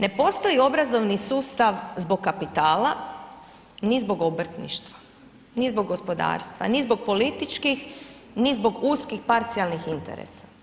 Ne postoji obrazovni sustav zbog kapitala ni zbog obrtništva ni zbog gospodarstva ni zbog političkih ni zbog uskih parcijalnih interesa.